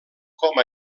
com